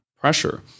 pressure